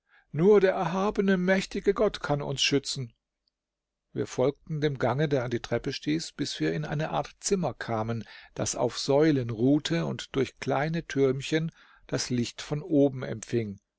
nur der erhabene mächtige gott kann uns schützen wir folgten dem gange der an die treppe stieß bis wir in eine art zimmer kamen das auf säulen ruhte und durch kleine türmchen das licht von oben empfing